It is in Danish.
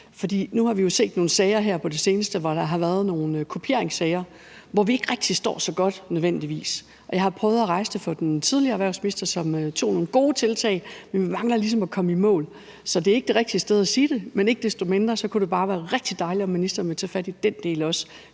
nu har vi jo set nogle kopieringssager her på det seneste, hvor vi ikke rigtig står så godt nødvendigvis. Jeg har prøvet at rejse det over for den tidligere erhvervsminister, som tog nogle gode tiltag, men vi mangler ligesom at komme i mål. Så det er ikke det rigtige sted at sige det, men ikke desto mindre kunne det bare være rigtig dejligt, om ministeren ville tage fat i den del også.